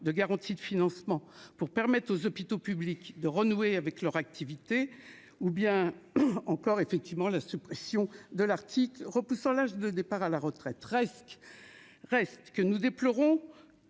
de garantie de financement pour permettre aux hôpitaux publics de renouer avec leur activité ou bien encore, effectivement, la suppression de l'Arctique, repoussant l'âge de départ à la retraite, presque reste que nous déplorons